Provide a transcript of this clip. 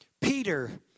Peter